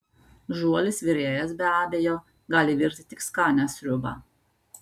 žuolis virėjas be abejo gali virti tik skanią sriubą